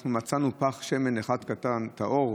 אנחנו מצאנו פך שמן אחד קטן טהור,